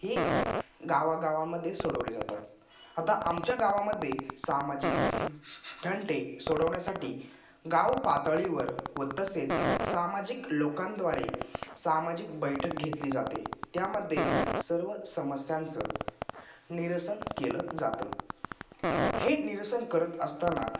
हे गावागावांमध्ये सोडवले जातात आता आमच्या गावामध्ये सामाजिक तंटे सोडवण्यासाटी गाव पातळीवर व तसेच सामाजिक लोकांद्वारे सामाजिक बैठक घेतली जाते त्यामध्ये सर्व समस्यांचं निरसन केलं जातं हे निरसन करत असताना